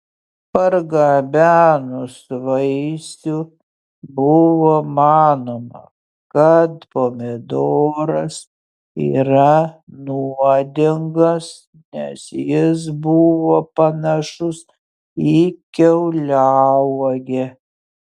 pargabenus vaisių buvo manoma kad pomidoras yra nuodingas nes jis buvo panašus į kiauliauogę